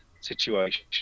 situation